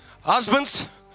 Husbands